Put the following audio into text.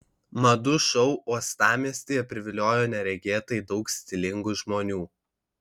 madų šou uostamiestyje priviliojo neregėtai daug stilingų žmonių